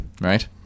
Right